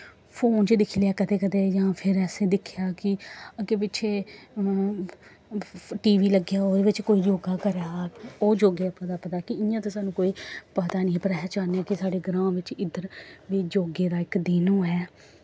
phone च दिक्खी लेआ कदें कदें जां फिर असें दिक्खेआ कि अग्गें पिच्छें टी वी लग्गे दा होऐ ओह्दे बिच्च कोई योग करा दा ओह् योगे दा पूरा पता इ'यां ते सानूं कोई पता निं पर अस चाह्न्ने आं कि साढ़े ग्रांऽ बिच्च इद्धर बी योगे दा इक दिन होऐ